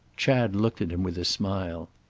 chad looked at him with a smile.